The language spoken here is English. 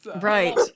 right